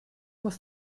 muss